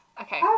Okay